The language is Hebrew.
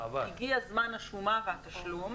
הגיע הזמן של השומה והתשלום.